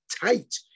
tight